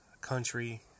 country